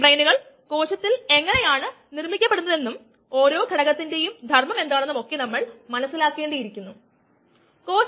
എന്നിട്ട് നമുക്ക് താൽപ്പര്യമുള്ള ഒരു ഉൽപ്പന്നം ഉണ്ടാകുന്നതിനു ഒരു ബയോ റിയാക്ടറിൽ ഒരു എൻസൈം ഉപയോഗിക്കാമെന്നും നമ്മൾ പറഞ്ഞു അതാണ് നമ്മൾ വിശദമായി നോക്കുന്നത്